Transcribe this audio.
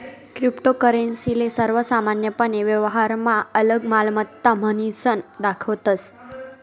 cryptocurrency ले सर्वसामान्यपने व्यवहारमा आलक मालमत्ता म्हनीसन दखतस